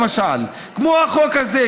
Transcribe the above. כמו החוק הזה,